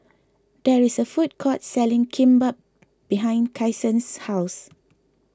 there is a food court selling Kimbap behind Kyson's house